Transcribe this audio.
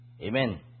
Amen